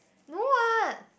no what